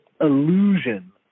illusion